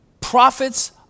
prophets